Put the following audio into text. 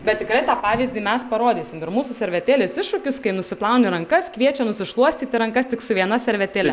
bet tikrai tą pavyzdį mes parodysim ir mūsų servetėlės iššūkis kai nusiplauni rankas kviečia nusišluostyti rankas tik su vienas servetėle